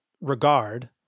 regard